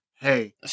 hey